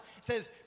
Says